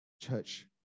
Church